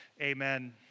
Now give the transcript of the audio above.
Amen